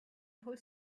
told